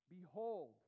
Behold